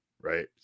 Right